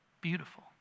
Beautiful